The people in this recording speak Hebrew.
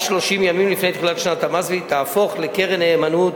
30 ימים לפני תחילת שנת המס והיא תהפוך לקרן נאמנות